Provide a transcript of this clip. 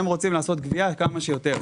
הם רוצים לעשות גבייה כמה שיותר.